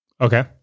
Okay